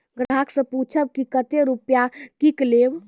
ग्राहक से पूछब की कतो रुपिया किकलेब?